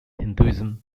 hinduism